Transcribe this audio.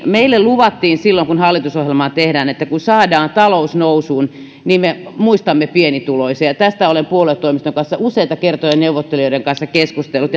meille luvattiin silloin kun hallitusohjelmaa tehtiin että kun saadaan talous nousuun me muistamme pienituloisia tästä olen puoluetoimiston ja neuvottelijoiden kanssa useita kertoja keskustellut